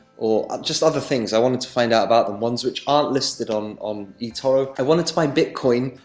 or just other things. i wanted to find out about the ones which aren't listed on on etoro. i wanted to buy bitcoin,